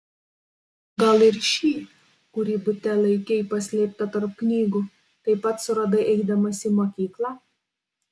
gal ir šį kurį bute laikei paslėptą tarp knygų taip pat suradai eidamas į mokyklą